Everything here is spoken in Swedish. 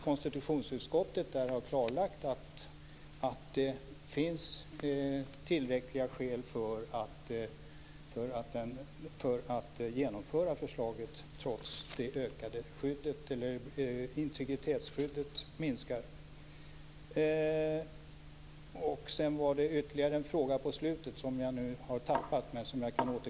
Konstitutionsutskottet har klarlagt att det finns tillräckliga skäl för att genomföra förslaget trots att integritetsskyddet minskar.